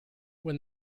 when